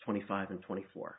twenty five and twenty four